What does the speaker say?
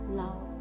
love